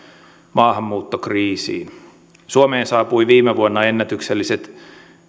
maahanmuuttokriisiin suomeen saapui viime vuonna ennätykselliset